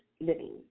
living